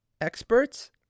experts